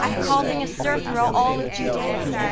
causing a stir throughout all of judea.